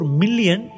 million